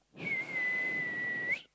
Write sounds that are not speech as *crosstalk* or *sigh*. *noise*